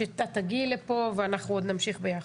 שתגיעי לפה, ואנחנו עוד נמשיך ביחד.